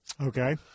Okay